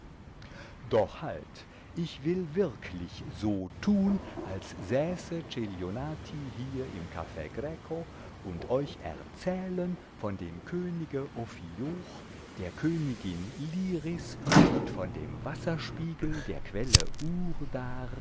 doch halt ich will wirklich so tun als säße celionati hier im caff greco und euch erzählen von dem könige ophioch der königin liris und von dem wasserspiegel der quelle